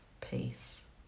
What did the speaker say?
peace